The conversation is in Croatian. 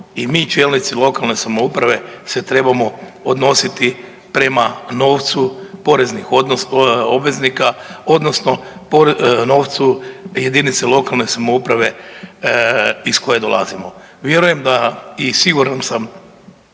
i mi čelnici lokalne samouprave se trebamo odnositi prema novcu poreznih obveznika odnosno novcu jedinica lokalne samouprave iz koje dolazimo. Vjerujem da i siguran sam